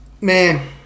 Man